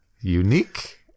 unique